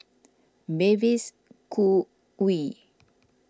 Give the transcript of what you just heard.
Mavis Khoo Oei